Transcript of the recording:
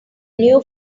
new